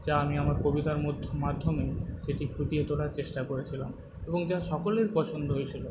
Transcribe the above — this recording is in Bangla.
যা আমি আমার কবিতার মাধ্যমে সেটি ফুটিয়ে তোলার চেষ্টা করেছিলাম এবং যা সকলের পছন্দ হয়েছিলো